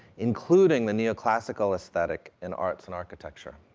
including the neoclassical aesthetic in arts and architecture.